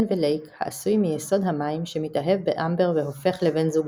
ולייק העשוי מיסוד המים שמתאהב באמבר והופך לבן זוגה.